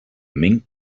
mink